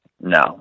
no